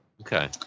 Okay